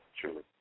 truly